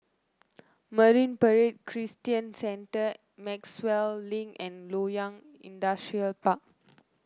Marine Parade Christian Centre Maxwell Link and Loyang Industrial Park